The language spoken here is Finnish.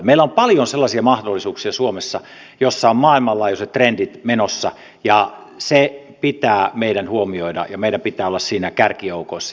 meillä on suomessa paljon sellaisia mahdollisuuksia joissa on maailmanlaajuiset trendit menossa ja se pitää meidän huomioida ja meidän pitää olla siinä kärkijoukoissa